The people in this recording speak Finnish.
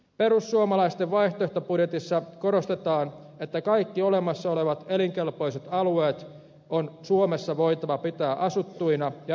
perussuomalaisten vaihtoehtobudjetissa korostetaan että kaikki olemassa olevat elinkelpoiset alueet on suomessa voitava pitää asuttuina ja elinvoimaisina